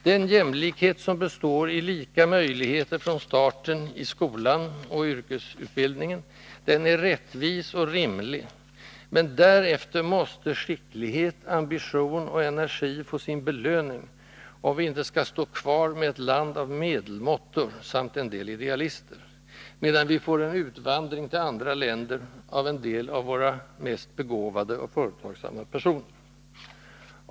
Den jämlikhet som består i lika möjligheter från starten i skolan och yrkesutbildningen, den är rättvis och rimlig, men därefter måste skicklighet, ambition och energi få sin belöning, om vi inte skall stå kvar med ett land av medelmåttor, samt en del idealister, medan vi får en utvandring till andra länder av en del av våra mest begåvade och företagsamma personer.